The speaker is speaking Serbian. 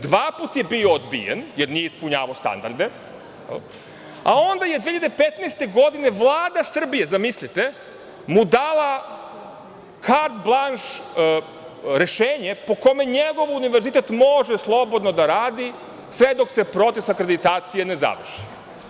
Dva puta je bio odbijen jer nije ispunjavao standarde, a onda je 2015. godine Vlada Republike Srbije mu dala kard blanš rešenje po kome njegov univerzitet može slobodno da radi, sve dok se proces akreditacije ne završi.